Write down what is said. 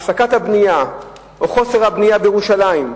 הפסקת הבנייה או חוסר הבנייה בירושלים,